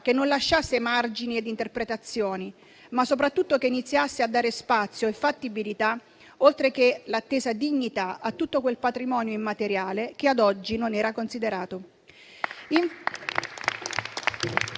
che non lasciasse margini a interpretazioni, ma soprattutto che iniziasse a dare spazio e fattibilità, oltre che l'attesa dignità, a tutto quel patrimonio immateriale che a oggi non era considerato.